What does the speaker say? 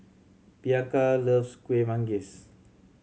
Bianca loves Kueh Manggis